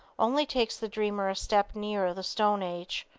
only takes the dreamer a step nearer the stone age,